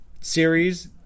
series